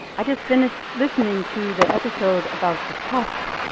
i just finished listening to the episode about the puf,